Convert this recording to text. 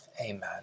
Amen